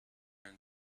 and